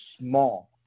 small